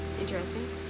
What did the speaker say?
interesting